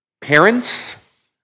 Parents